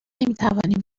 نمیتوانیم